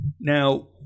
Now